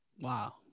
Wow